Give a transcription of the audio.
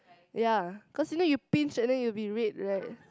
ya cause only you pinch and then it will be red right